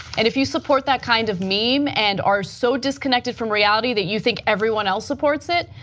and if you support that kind of meme and are so disconnected from reality that you think everyone else supports it,